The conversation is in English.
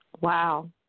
Wow